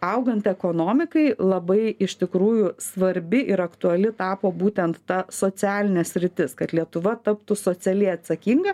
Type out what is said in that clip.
augant ekonomikai labai iš tikrųjų svarbi ir aktuali tapo būtent ta socialinė sritis kad lietuva taptų socialiai atsakinga